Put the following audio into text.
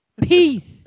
Peace